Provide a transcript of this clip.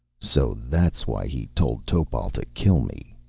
so that's why he told topal to kill me!